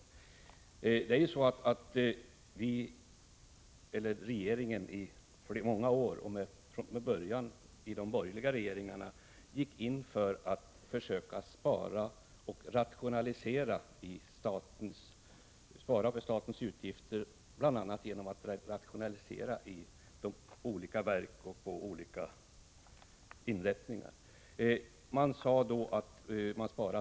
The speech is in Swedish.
Under många år har de olika regeringarna, med början under de borgerliga regeringsåren, gått in för att försöka minska statens utgifter bl.a. genom att rationalisera i olika verk och inrättningar. Målet var då att försöka — Prot.